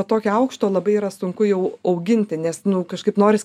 tokio aukšto labai yra sunku jau auginti nes nu kažkaip noris